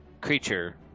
creature